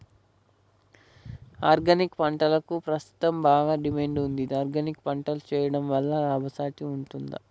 Organic పంటలకు ప్రస్తుతం బాగా డిమాండ్ ఉంది ఆర్గానిక్ పంటలు వేయడం వల్ల లాభసాటి ఉంటుందా?